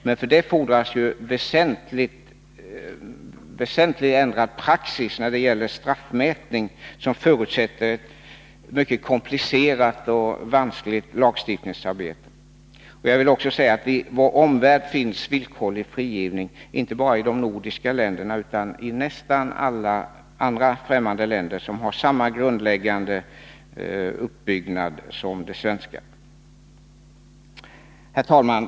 Men för detta fordras väsentligt ändrad praxis när det gäller straffmätning — vilket förutsätter ett mycket komplicerat och vanskligt lagstiftningsarbete. Jag vill också säga att i vår omvärld finns villkorlig frigivning — inte bara i de nordiska länderna utan i nästan alla andra främmande länder som har samma grundläggande uppbyggnad som Sverige. Herr talman!